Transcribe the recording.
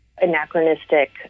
anachronistic